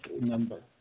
number